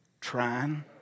trying